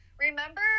remember